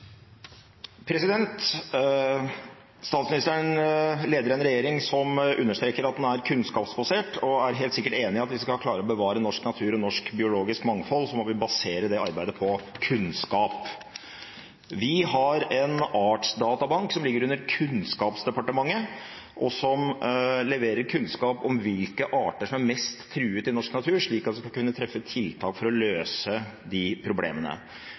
kunnskapsbasert, og er helt sikkert enig i at hvis vi skal klare å bevare norsk natur og norsk biologisk mangfold, må vi basere det arbeidet på kunnskap. Vi har en artsdatabank som ligger under Kunnskapsdepartementet, og som leverer kunnskap om hvilke arter som er mest truet i norsk natur, slik at man skal kunne treffe tiltak for å løse de problemene.